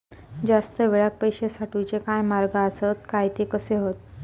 जास्त वेळाक पैशे साठवूचे काय मार्ग आसत काय ते कसे हत?